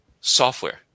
software